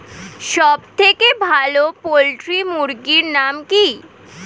সবথেকে ভালো পোল্ট্রি মুরগির নাম কি?